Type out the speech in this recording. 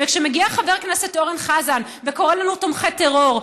וכשמגיע חבר הכנסת אורן חזן וקורא לנו "תומכי טרור",